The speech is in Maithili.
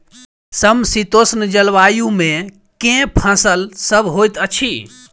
समशीतोष्ण जलवायु मे केँ फसल सब होइत अछि?